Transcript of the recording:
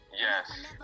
Yes